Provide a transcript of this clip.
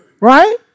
Right